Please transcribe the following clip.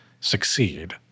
succeed